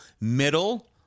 middle